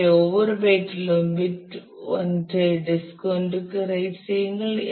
எனவே ஒவ்வொரு பைட்டிலும் பிட் I ஐ டிஸ்க் I க்கு ரைட் செய்யுங்கள்